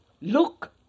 look